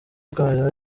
ikomeza